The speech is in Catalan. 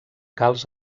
calç